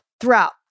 throughout